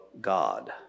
God